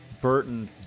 Burton